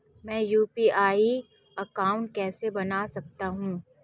मैं UPI account कैसे बना सकता हूं?